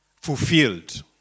fulfilled